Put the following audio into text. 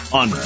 on